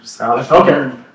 okay